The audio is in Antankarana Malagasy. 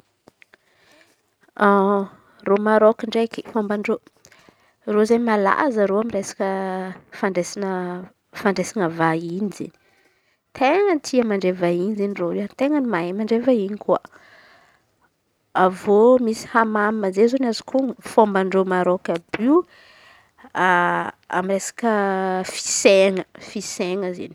Reo Marôka ndraiky fômban-dreo reo izen̈y malaza reo amy resaka resaka fandraisan̈a fandraisan̈a vahiny. Tena tia mandray vahiny izen̈y reo ten̈a mahay mandray vahiny koa. Avy eo misy hamama zey izen̈y azoko on̈o fômban-dreo Marôka àby io amy resaka fisain̈a fisaina izen̈y.